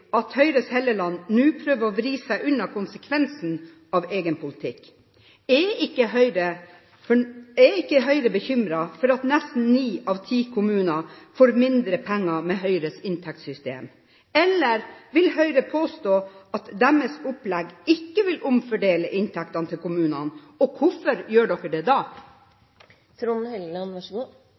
at Høyres Helleland nå prøver å vri seg unna konsekvensen av egen politikk. Er ikke Høyre bekymret for at nesten ni av ti kommuner får mindre penger med Høyres inntektssystem? Eller vil Høyre påstå at partiets opplegg ikke vil omfordele inntektene til kommunene? Hvorfor gjør man det da?